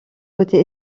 côté